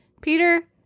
Peter